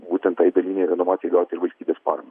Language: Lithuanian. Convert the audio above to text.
būtent tai dalinei renovacijai gaut ir valstybės paramą